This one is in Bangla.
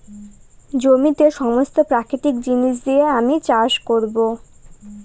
জমিতে সমস্ত প্রাকৃতিক জিনিস দিয়ে আমি চাষ করবো